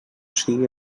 sigui